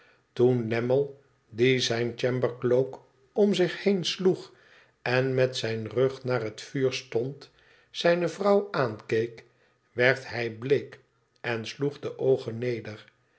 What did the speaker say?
toen lammie die zijn chambercloak om zich heen sloeg en met zijn rug naar het vuur stond zijne vrouw aankeek werd zij bleek en sloeg de oogen neder